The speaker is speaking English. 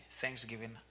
Thanksgiving